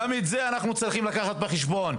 גם את זה אנחנו צריכים לקחת בחשבון.